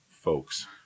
folks